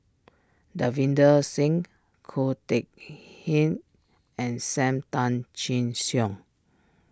Davinder Singh Ko Teck Kin and Sam Tan Chin Siong